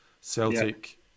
Celtic